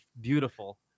beautiful